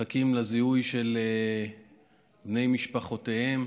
מחכים לזיהוי של בני משפחותיהם.